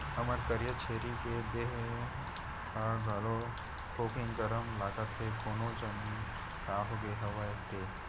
हमर करिया छेरी के देहे ह घलोक थोकिन गरम लागत हे कोन जनी काय होगे हवय ते?